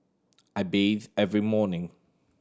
I bathe every morning